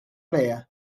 player